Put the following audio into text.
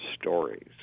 stories